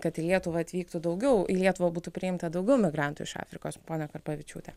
kad į lietuvą atvyktų daugiau į lietuvą būtų priimta daugiau migrantų iš afrikos ponia karpavičiūte